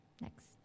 next